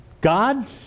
God